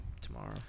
tomorrow